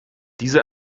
diese